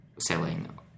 selling